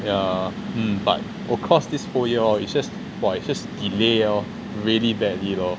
yeah mm but of course this whole year hor it's just !wah! it's just delay hor really badly lor